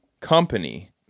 Company